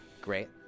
Great